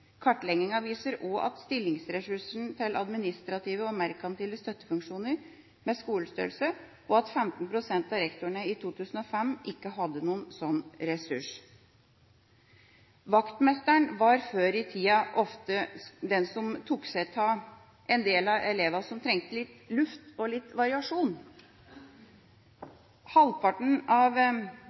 Kartlegginga viser også stillingsressursen til administrative og merkantile støttefunksjoner med skolestørrelse og at 15 pst. av rektorene i 2005 ikke hadde en slik ressurs. Vaktmesteren var før i tida ofte den som tok seg av en del av elevene som trengte litt luft og litt variasjon. Halvparten av